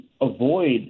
avoid